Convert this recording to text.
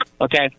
okay